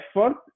effort